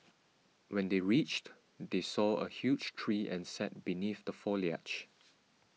when they reached they saw a huge tree and sat beneath the foliage